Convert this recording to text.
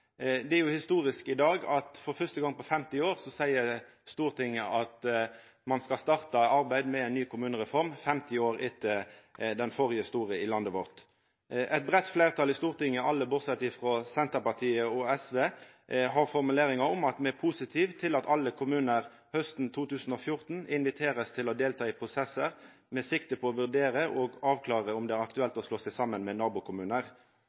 Det er jo historisk i dag når Stortinget – for fyrste gong på 50 år – seier at ein skal starta arbeidet med ei ny kommunereform 50 år etter den førre store i landet vårt. Eit breitt fleirtal i Stortinget – alle bortsett frå Senterpartiet og SV – har formuleringar om at me er positive til at alle kommunar hausten 2014 blir inviterte til å ta del i prosessar med sikte på å vurdera og avklara om det er aktuelt å slå seg saman med nabokommunar.